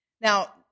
Now